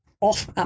off